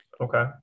okay